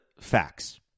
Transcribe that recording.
facts